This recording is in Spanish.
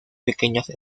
pequeñas